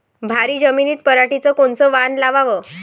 भारी जमिनीत पराटीचं कोनचं वान लावाव?